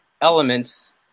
elements